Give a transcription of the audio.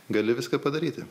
gali viską padaryti